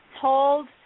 told